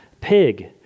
pig